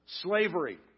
Slavery